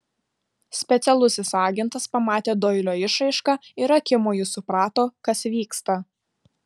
specialusis agentas pamatė doilio išraišką ir akimoju suprato kas vyksta